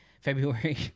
february